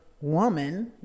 woman